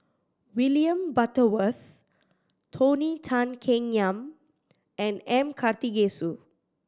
William Butterworth Tony Tan Keng Yam and M Karthigesu